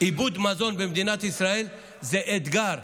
איבוד מזון במדינת ישראל זה אתגר.